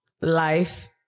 Life